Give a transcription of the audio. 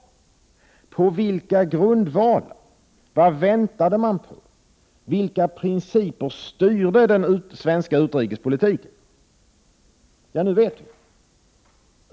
På vilka grundvalar? Vad väntade man på, vilka principer styrde den svenska utrikespolitiken? Nu vet vi.